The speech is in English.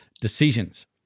decisions